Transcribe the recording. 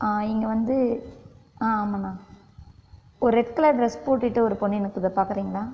இங்கே வந்து ஆமாம் ஆமான்னா ஒரு ரெட் கலர் ட்ரெஸ் போட்டுகிட்டு ஒரு பொண்ணு நிற்குது பார்க்குறீங்களா